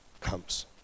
comes